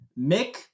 mick